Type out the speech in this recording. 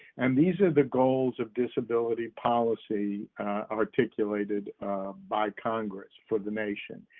and these are the goals of disability policy articulated by congress for the nation.